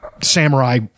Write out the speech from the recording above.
samurai